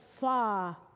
far